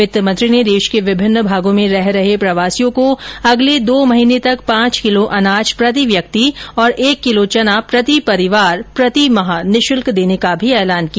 वित्त मंत्री ने देश के विभिन्न भागों में रह रहे प्रवासियों को अगले दो माह तक पांच किलो अनाज प्रति व्यक्ति तथा एक किलो चना प्रति परिवार प्रतिमाह निशल्क देने का भी ऐलान किया